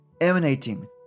emanating